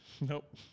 Nope